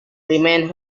remains